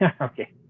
okay